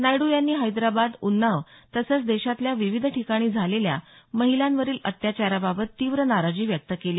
नायडू यांनी हैदराबाद उन्नाव तसंच देशातल्या विविध ठिकाणी झालेल्या महिलांवरील अत्याचाराबाबत तीव्र नाराजी व्यक्त केली